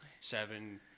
Seven